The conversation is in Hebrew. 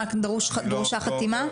רק דרושה חתימה?